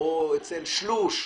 או אצל שלוש,